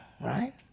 right